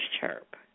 chirp